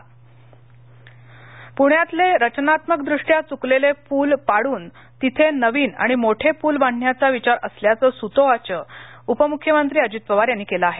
अजित पवार पुण्यातले रचनात्मकदृष्ट्या चुकलेले पूल पाडून तिथे नवीन आणि मोठे पूल बांधण्याचा विचार असल्याचं सूतोवाच उपमुख्यमंत्री अजित पवार यांनी केलं आहे